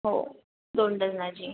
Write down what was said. हो दोन डजनाची